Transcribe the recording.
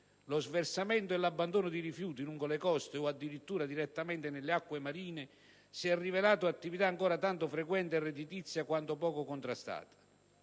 Lo sversamento e l'abbandono di rifiuti lungo le coste, o addirittura direttamente nelle acque marine, si è rivelato attività ancora tanto frequente e redditizia quanto poco contrastata;